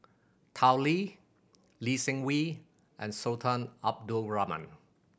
Tao Li Lee Seng Wee and Sultan Abdul Rahman